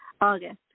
August